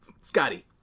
Scotty